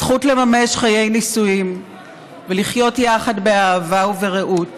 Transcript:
הזכות לממש חיי נישואים ולחיות יחד באהבה וברעות,